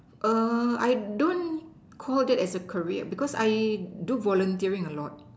err I don't Call that as a career because I do volunteering a lot